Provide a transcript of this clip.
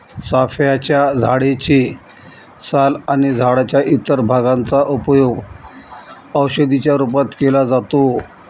चाफ्याच्या झाडे चे साल आणि झाडाच्या इतर भागांचा उपयोग औषधी च्या रूपात केला जातो